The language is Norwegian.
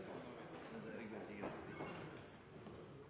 har det vært – og